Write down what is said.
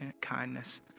kindness